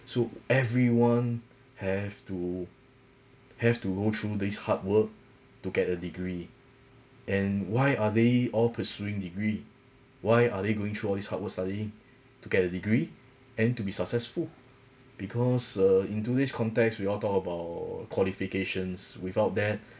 so everyone have to have to go through these hard work to get a degree and why are they all pursuing degree why are they going through all these hard work studying to get a degree and to be successful because uh in today's context we all talk about qualifications without that